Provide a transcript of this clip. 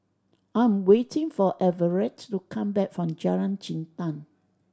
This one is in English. I am waiting for Everet to come back from Jalan Jintan